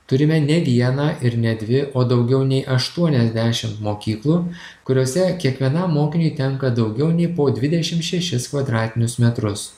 turime ne vieną ir ne dvi o daugiau nei aštuoniasdešimt mokyklų kuriose kiekvienam mokiniui tenka daugiau nei po dvidešim šešis kvadratinius metrus